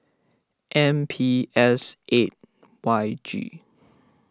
M P S eight Y G